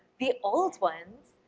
the old ones,